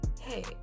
Hey